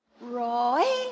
Roy